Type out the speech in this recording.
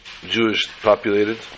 Jewish-populated